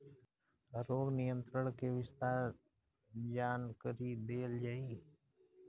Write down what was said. रोग नियंत्रण के विस्तार जानकरी देल जाई?